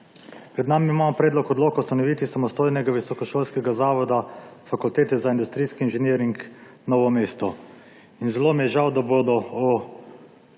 Pred nami je Predlog odloka o ustanovitvi samostojnega visokošolskega zavoda Fakulteta za industrijski inženiring Novo mesto. Zelo mi je žal, da so o